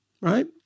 Right